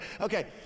Okay